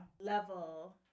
level